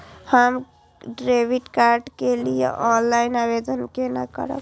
हम debit card के लिए ऑनलाइन आवेदन केना करब?